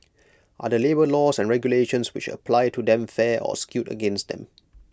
are the labour laws and regulations which apply to them fair or skewed against them